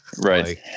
right